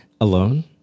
Alone